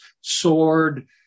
sword